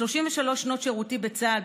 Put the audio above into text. ב-33 שנות שירותי בצה"ל,